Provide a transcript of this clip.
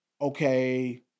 okay